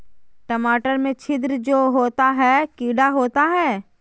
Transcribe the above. टमाटर में छिद्र जो होता है किडा होता है?